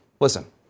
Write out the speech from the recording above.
Listen